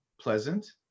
pleasant